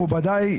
מכובדיי,